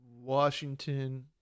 Washington